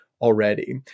already